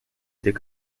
était